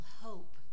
hope